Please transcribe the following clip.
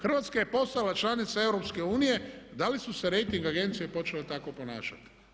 Hrvatska je postala članica EU, da li su se rejting agencije počele tako ponašati?